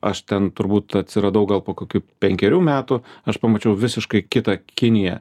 aš ten turbūt atsiradau gal po kokių penkerių metų aš pamačiau visiškai kitą kiniją